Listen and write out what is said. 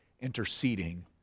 interceding